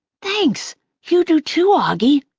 thanks you do, too, auggie.